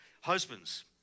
Husbands